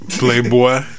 Playboy